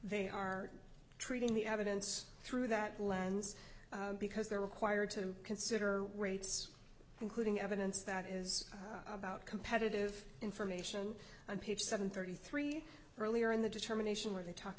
they are treating the evidence through that lens because they're required to consider rates including evidence that is about competitive information on page seven thirty three earlier in the determination where they talk